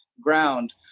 Ground